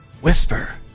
whisper